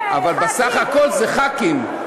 אבל בסך הכול זה ח"כים.